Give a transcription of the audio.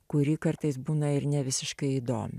kuri kartais būna ir ne visiškai įdomi